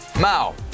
Mao